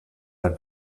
have